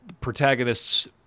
protagonists